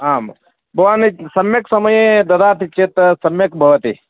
आं भवान् सम्यक् समयः ददाति चेत् सम्यक् भवति